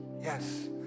yes